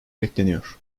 bekleniyor